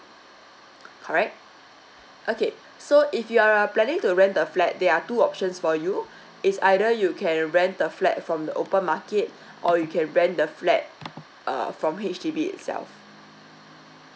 correct okay so if you are planning to rent the flat there are two options for you it's either you can rent the flat from the open market or you can rent the flat err from H_D_B itself